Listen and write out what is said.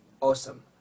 Awesome